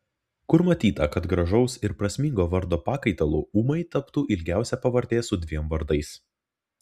kur matyta kad gražaus ir prasmingo vardo pakaitalu ūmai taptų ilgiausia pavardė su dviem vardais